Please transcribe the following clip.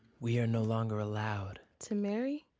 we are no longer allowed. to marry?